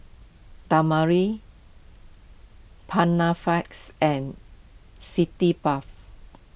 Dermale Panaflex and city Bath